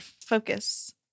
Focus